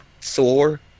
Thor